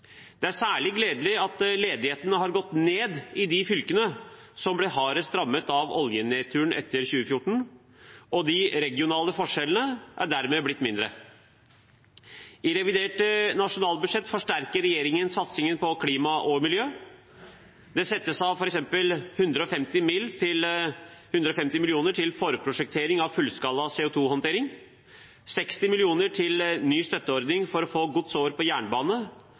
Det er særlig gledelig at ledigheten har gått ned i de fylkene som ble hardest rammet av oljenedturen etter 2014, og at de regionale forskjellene dermed er blitt mindre. I revidert nasjonalbudsjett forsterker regjeringen satsingen på klima og miljø. Det settes f.eks. av 150 mill. kr til forprosjektering av en fullskala CO 2 -håndtering, 60 mill. kr til en ny støtteordning for å få gods over på jernbane,